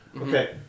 Okay